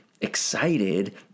excited